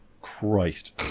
christ